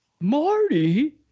Marty